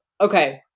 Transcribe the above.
Okay